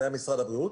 זה היה משרד הבריאות,